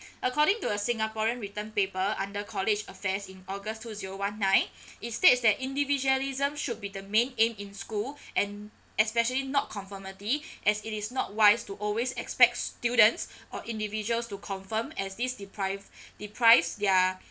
according to a singaporean written paper under college affairs in august two zero one nine it states that individualism should be the main aim in school and especially not conformity as it is not wise to always expect students or individuals to conform as this deprived deprives their